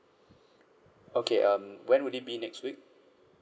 okay um when would it be next week